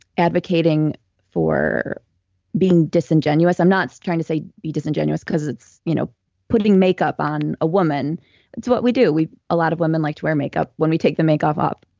advocating for being disingenuous i'm not trying to say be disingenuous because it's you know putting makeup on a woman, it's what we do. a lot of women like to wear makeup. when we take the makeup off,